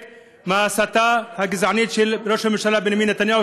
זה אכן חלק מההסתה הגזענית של ראש הממשלה בנימין נתניהו,